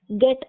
get